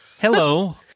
Hello